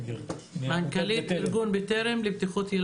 מנכ"לית ארגון בטרם לבטיחות ילדים.